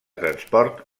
transport